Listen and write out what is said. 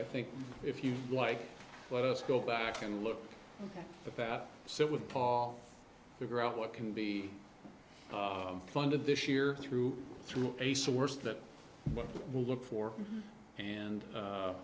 i think if you like let us go back and look at that sit with paul figure out what can be funded this year through through a source that will look